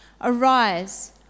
Arise